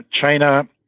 China